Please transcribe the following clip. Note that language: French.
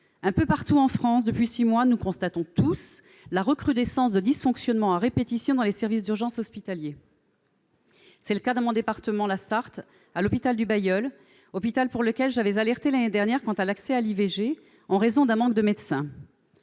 Un peu partout en France, depuis six mois, nous constatons tous la recrudescence de dysfonctionnements à répétition dans les services d'urgences hospitalières. Tel est le cas dans mon département, la Sarthe, à l'hôpital du Bailleul. L'année dernière, j'avais alerté, à propos de cet établissement, sur l'accès à l'IVG, en raison d'un manque de médecins.